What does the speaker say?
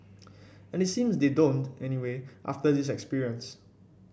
and it seems they don't anyway after this experience